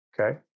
Okay